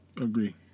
agree